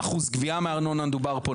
אחוז גבייה בארנונה דובר פה,